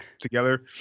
together